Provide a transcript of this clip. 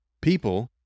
people